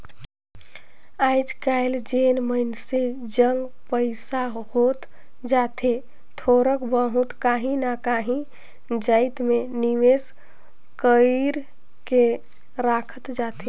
आएज काएल जेन मइनसे जग पइसा होत जाथे थोरोक बहुत काहीं ना काहीं जाएत में निवेस कइर के राखत जाथे